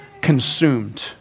consumed